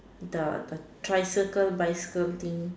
the the tricycle bicycle thing